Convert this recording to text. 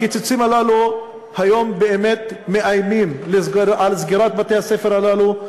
הקיצוצים הללו היום באמת מאיימים על קיום בתי-הספר הללו.